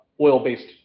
oil-based